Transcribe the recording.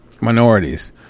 minorities